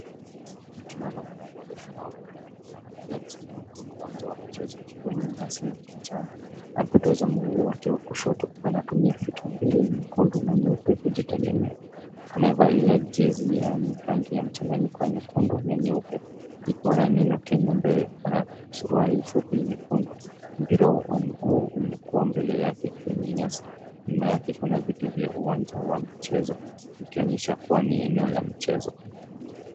Tunaona mwanariadha shupavu anaeonekana akiwa amesimama kwenye uwanja wa michezo, mwenye nyasi ya kijani .Amepoteza miguu wake wa kushoto. Anatumia vitu mbili nyekundu na nyeupe kujitegemea. Amevalia jezi yenye rangi ya mchanganyiko wa nyekundu na nyeupe ikiwa na neno Kenya mbele. Ana suruali fupi nyekundu. Mpira wa miguu umekuwa mbele yake kwenye nyasi. Nyuma yake kuna vitu vya uwanja wa mchezo ikionyesha kuwa ni eneo wa michezo.